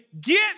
Get